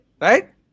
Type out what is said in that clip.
right